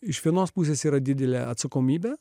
iš vienos pusės yra didelė atsakomybė